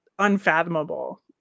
unfathomable